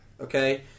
Okay